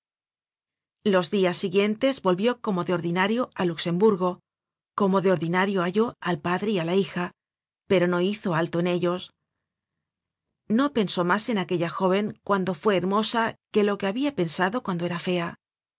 los dias siguientes volvió como de ordinario al luxemburgo como de ordinario halló al padre y á la hija pero no hizo alto en ellos no pensó mas en aquella jó ven cuando fue hermosa que lo que habia pensado cuando era fea